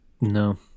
no